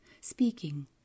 speaking